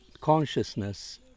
consciousness